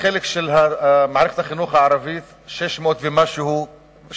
החלק של מערכת החינוך הערבית יוצא 1,600 ומשהו כיתות